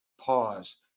Pause